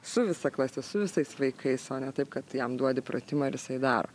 su visa klase su visais vaikais o ne taip kad jam duodi pratimą ir jisai daro